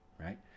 right